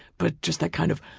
but just that kind of,